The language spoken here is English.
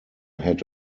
had